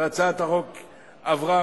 והצעת החוק עברה,